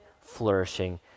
flourishing